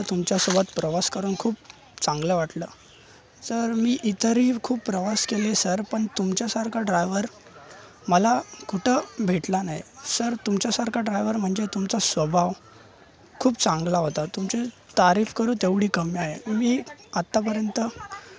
sir मला तुमच्या सोबत प्रवास करून खूप चांगलं वाटलं सर मी इतरही खूप प्रवास केले सर पण तुमच्यासारखा ड्रायव्हर मला कुठं भेटला नाही सर तुमच्यासारखा ड्रायव्हर म्हणजे तुमचा स्वभाव खूप चांगला होता तुमची तारीफ करू तेवढी कमी आहे मी आतापर्यंत